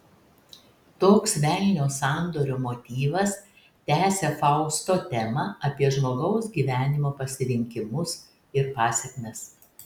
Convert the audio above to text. toks velnio sandorio motyvas tęsia fausto temą apie žmogaus gyvenimo pasirinkimus ir pasekmes